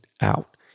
out